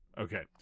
okay